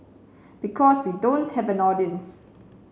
because we don't have an audience